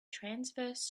transverse